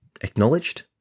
acknowledged